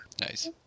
Nice